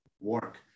work